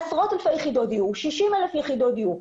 עשרות אלפי יחידות דיור, 60,000 יחידות דיור.